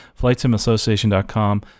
flightsimassociation.com